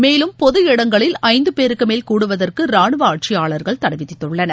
மேலும் பொது இடங்களில் ஐந்து பேருக்கு மேல் கூடுவதற்கு ராணுவ ஆட்சியாளர்கள் தடைவிதித்துள்ளனர்